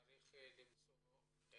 צריך למצוא פתרון.